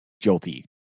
jolty